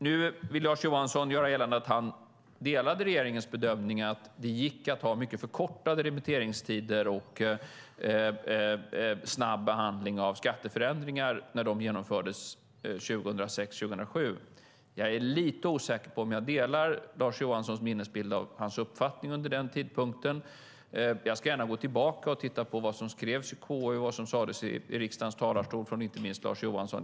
Nu vill Lars Johansson göra gällande att han delade regeringens bedömning att det gick att ha förkortade remitteringstider och snabb behandling av skatteförändringar när de genomfördes 2006-2007. Jag är lite osäker på om jag delar Lars Johanssons minnesbild av hans uppfattning vid denna tidpunkt. Jag ska gärna gå tillbaka och titta på vad som skrevs i KU och vad som sades i riksdagens talarstol, inte minst från Lars Johansson.